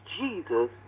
Jesus